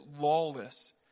lawless